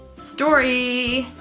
story,